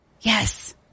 yes